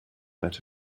out